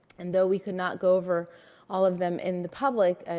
and though we could not go over all of them in the public, ah